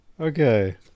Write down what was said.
Okay